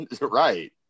right